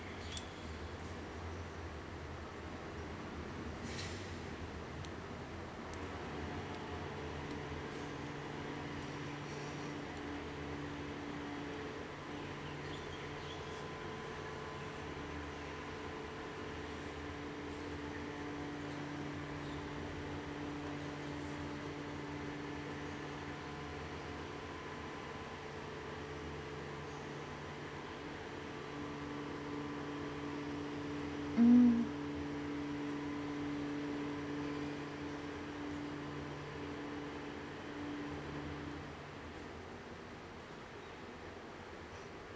mm